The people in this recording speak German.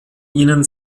ihnen